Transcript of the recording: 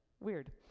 Weird